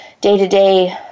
day-to-day